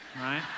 right